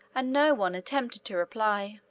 and no one attempted to reply.